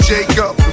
Jacob